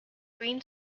green